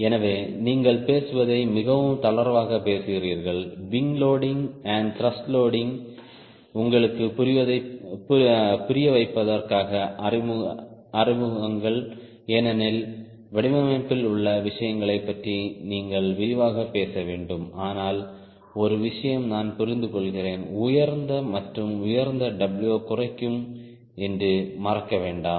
எனவே நீங்கள் பேசுவதை மிகவும் தளர்வாகப் பேசுகிறீர்கள் wing loading and thrust loading உங்களுக்குப் புரியவைப்பதற்காக அறிமுகங்கள் ஏனெனில் வடிவமைப்பில் உள்ள விஷயங்களைப் பற்றி நீங்கள் விரிவாகப் பேச வேண்டும் ஆனால் ஒரு விஷயம் நான் புரிந்துகொள்கிறேன் உயர்ந்த மற்றும் உயர்ந்த Wகுறைக்கும் என்று மறக்க வேண்டாம்